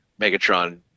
Megatron